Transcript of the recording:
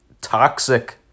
toxic